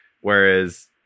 whereas